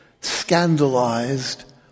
scandalized